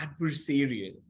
adversarial